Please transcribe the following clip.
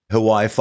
Hawaii